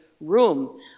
room